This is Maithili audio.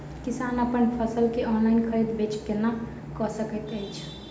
किसान अप्पन फसल केँ ऑनलाइन खरीदै बेच केना कऽ सकैत अछि?